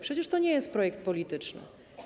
Przecież to nie jest projekt polityczny.